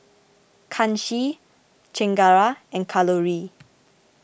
Kanshi Chengara and Kalluri